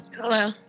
Hello